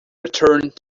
returned